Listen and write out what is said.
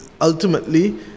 ultimately